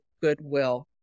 goodwill